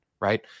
right